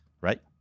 right